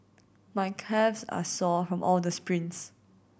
my calves are sore from all the sprints